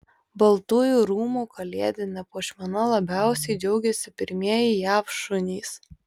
baltųjų rūmų kalėdine puošmena labiausiai džiaugiasi pirmieji jav šunys